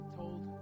told